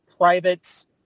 private